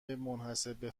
منحصربه